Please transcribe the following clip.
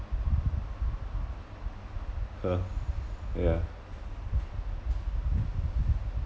!huh! yeah